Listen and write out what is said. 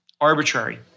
arbitrary